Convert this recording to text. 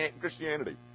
Christianity